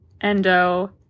Endo